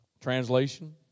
Translation